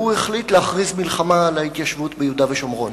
והוא החליט להכריז מלחמה על ההתיישבות ביהודה ושומרון.